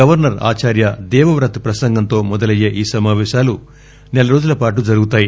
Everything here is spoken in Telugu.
గవర్నర్ ఆచార్య దేవోవ్రత్ ప్రసంగంతో మొదలయ్యే ఈ సమావేశాలు నెలరోజుల పాటు జరుగుతాయి